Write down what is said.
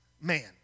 man